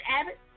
Abbott